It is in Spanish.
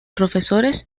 profesores